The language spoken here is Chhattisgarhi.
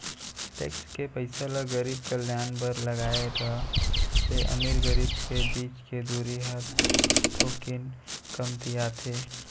टेक्स के पइसा ल गरीब कल्यान बर लगाए र ले अमीर गरीब के बीच के दूरी ह थोकिन कमतियाथे